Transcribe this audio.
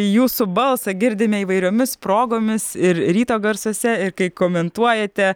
jūsų balsą girdime įvairiomis progomis ir ryto garsuose ir kai komentuojate